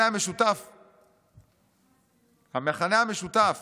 המכנה המשותף